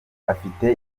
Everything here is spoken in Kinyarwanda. afite